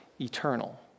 eternal